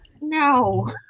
no